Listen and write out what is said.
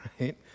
right